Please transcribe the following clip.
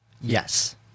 Yes